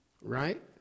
Right